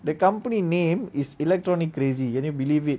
the company name is electronic crazy you didn't believe it